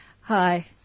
Hi